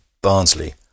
Barnsley